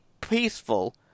peaceful